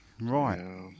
Right